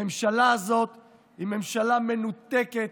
הממשלה הזאת היא ממשלה מנותקת,